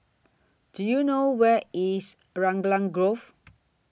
Do YOU know Where IS Raglan Grove